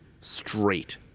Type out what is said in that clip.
Straight